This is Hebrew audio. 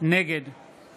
נגד